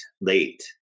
Late